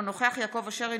אינו נוכח יעקב אשר,